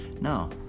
No